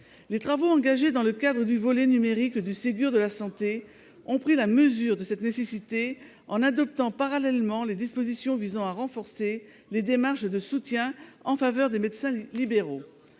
Les travaux engagés dans le cadre du volet numérique du Ségur de la santé ont permis de prendre la mesure de la nécessité d'amélioration sur ce point : des dispositions visant à renforcer les démarches de soutien en faveur des médecins libéraux